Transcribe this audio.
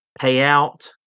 payout